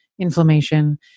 inflammation